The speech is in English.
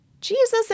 Jesus